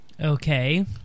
Okay